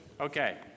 Okay